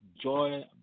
joy